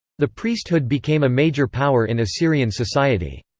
the priesthood became a major power in assyrian society.